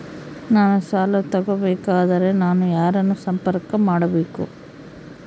ನಾನು ಸಾಲ ತಗೋಬೇಕಾದರೆ ನಾನು ಯಾರನ್ನು ಸಂಪರ್ಕ ಮಾಡಬೇಕು?